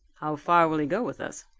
how far will he go with us?